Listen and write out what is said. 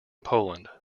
poland